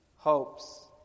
hopes